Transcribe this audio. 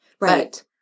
right